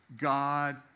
God